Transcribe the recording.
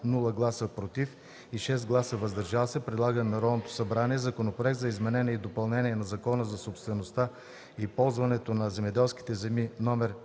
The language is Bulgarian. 0 гласа – “против” и 6 гласа – “въздържал се”, предлага на Народното събрание Законопроект за изменение и допълнение на Закона за собствеността и ползуването на земеделските земи, №